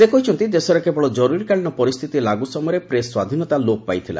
ସେ କହିଛନ୍ତି ଦେଶରେ କେବଳ କରୁରିକାଳୀନ ପରିସ୍ଥିତି ଲାଗୁ ସମୟରେ ପ୍ରେସ୍ ସ୍ୱାଧୀନତା ଲୋପ୍ ପାଇଥିଲା